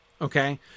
okay